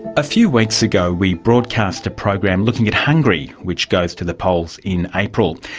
a few weeks ago we broadcast a program looking at hungary, which goes to the polls in april.